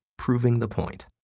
proving the point.